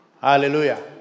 Hallelujah